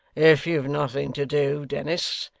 if you've nothing to do, dennis,